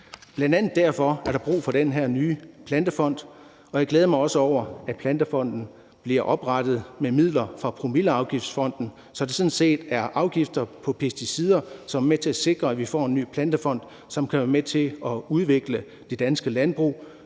Bl.a. derfor er der brug for den her nye Plantefond, og jeg glæder mig også over, at Plantefonden bliver oprettet med midler fra Promilleafgiftsfonden, så det sådan set er afgifter på pesticider, som er med til at sikre, at vi får en Plantefond, som kan være med til at udvikle det danske landbrug,